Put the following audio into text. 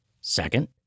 Second